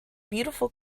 beautiful